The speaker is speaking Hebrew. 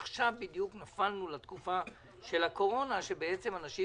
עכשיו בדיוק נפלנו בתקופת הקורונה לכך שאנשים